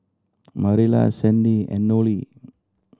Marilla Sandie and Nolie